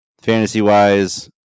Fantasy-wise